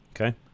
Okay